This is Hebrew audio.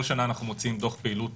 כל שנה אנחנו מוציאים דוח פעילות